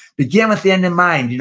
begin with the end in mind.